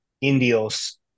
indios